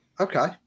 okay